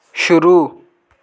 शुरू